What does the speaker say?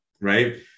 right